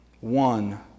One